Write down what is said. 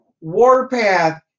Warpath